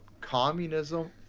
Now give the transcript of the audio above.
communism